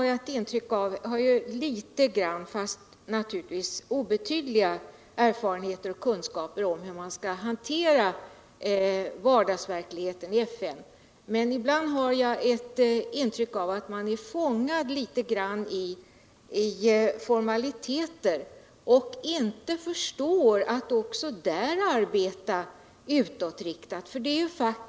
Jag har naturligtvis obetydliga erfarenheter av och kunskaper om hur man skall hantera vardagsverkligheten i FN, men ibland har jag ett intryck av att man litet grand är fångad i formaliteter och inte förstår att man också där bör urbeta utåtriktat.